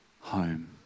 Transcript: home